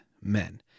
men